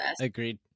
Agreed